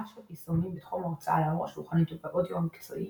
אף שביישומים בתחום ההוצאה לאור השולחנית ובאודיו מקצועי